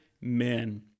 men